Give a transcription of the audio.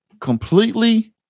completely